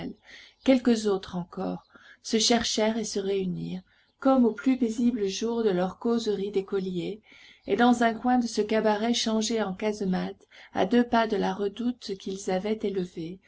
quelques autres encore se cherchèrent et se réunirent comme aux plus paisibles jours de leurs causeries d'écoliers et dans un coin de ce cabaret changé en casemate à deux pas de la redoute qu'ils avaient élevée